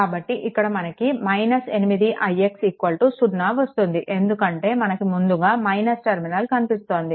కాబట్టి ఇక్కడ మనకు 8ix 0 వస్తుంది ఎందుకంటే మనకు ముందుగా - టర్మినల్ కనిపిస్తోంది